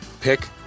Pick